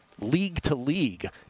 league-to-league